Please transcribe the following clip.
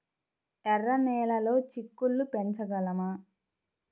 ఎర్ర నెలలో చిక్కుళ్ళు పెంచగలమా?